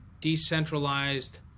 decentralized